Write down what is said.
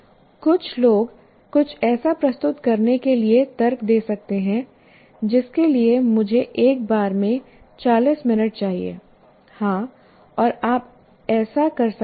कुछ लोग कुछ ऐसा प्रस्तुत करने के लिए तर्क दे सकते हैं जिसके लिए मुझे एक बार में 40 मिनट चाहिए हाँ और आप ऐसा कर सकते हैं